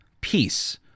peace